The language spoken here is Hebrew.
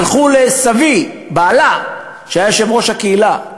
הלכו לסבי, בעלה, שהיה יושב-ראש הקהילה.